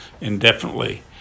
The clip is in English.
indefinitely